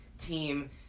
team